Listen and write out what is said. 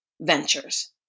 ventures